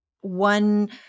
one